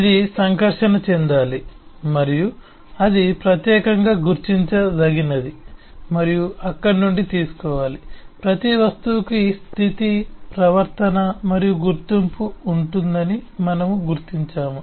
ఇది సంకర్షణ చెందాలి మరియు అది ప్రత్యేకంగా గుర్తించదగినది మరియు అక్కడి నుండి తీసుకోవాలి ప్రతి వస్తువుకు స్థితి ప్రవర్తన మరియు గుర్తింపు ఉంటుందని మనము గుర్తించాము